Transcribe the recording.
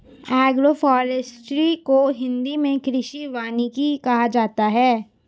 agroforestry को हिंदी मे कृषि वानिकी कहा जाता है